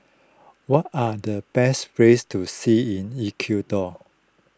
what are the best places to see in Ecuador